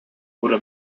wurde